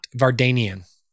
Vardanian